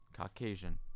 Caucasian